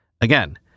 Again